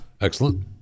Excellent